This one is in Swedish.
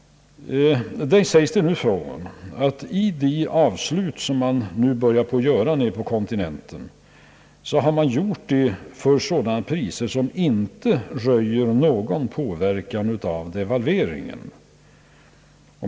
Det sägs i Affärsvärlden att de avslut som nu börjat göras nere på kontinenten har skett till priser som inte rönt någon påverkan av devalveringen.